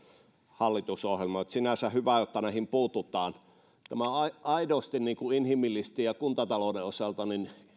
hallitusohjelmaan sinänsä hyvä että näihin puututaan tämä on aidosti inhimillisesti ja kuntatalouden osalta